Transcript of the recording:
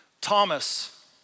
Thomas